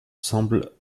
semble